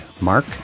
Mark